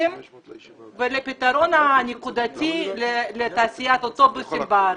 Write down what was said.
שקלים ונלך לפתרון הנקודתי לתעשייה הזאת של האוטובוסים בארץ.